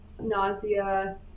nausea